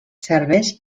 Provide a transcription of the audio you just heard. serveix